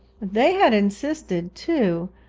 they had insisted, too,